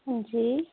हांजी